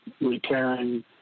repairing